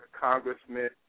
congressman